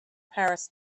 paris